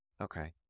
Okay